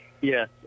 Yes